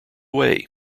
way